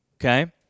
Okay